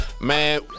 Man